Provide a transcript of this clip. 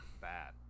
bad